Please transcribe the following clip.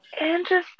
Interesting